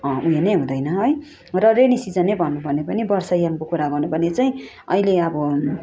उयो नै हुदैँन है र रेनी सिजन नै भनौँ भने पनि बर्षा यामको कुरा गर्नु पर्ने चाहिँ अहिले अब